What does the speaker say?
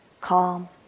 calm